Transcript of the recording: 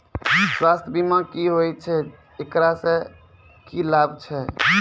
स्वास्थ्य बीमा की होय छै, एकरा से की लाभ छै?